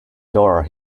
door